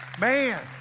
Man